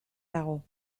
dago